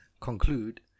conclude